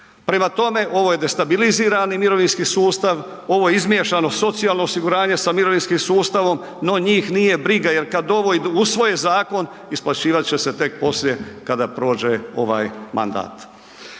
Prema tome, ovo je destabilizirani mirovinski sustav, ovo je izmiješano socijalno osiguranje sa mirovinskim sustavom no njih nije briga jer kad ovo usvoje zakon, isplaćivat će se tek poslije kad prođe ovaj mandat.